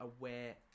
aware